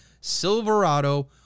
Silverado